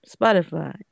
Spotify